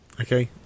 Okay